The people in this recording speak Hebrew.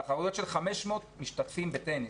תחרויות של 500 משתתפים בטניס.